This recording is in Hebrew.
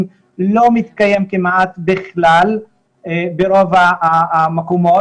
לא מתקיים כמעט בכלל ברוב המקומות,